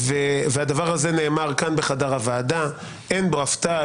והדבר הזה נאמר כאן בחדר הוועדה, אין בו הפתעה.